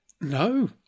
no